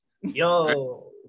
Yo